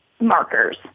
markers